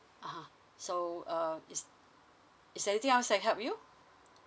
(uh huh) so uh is is there anything else I can help you